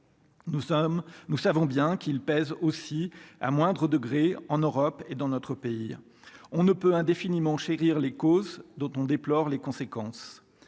nous savons bien qu'il pèse aussi à moindre degré en Europe et dans notre pays on ne peut indéfiniment chérir les causes dont on déplore les conséquences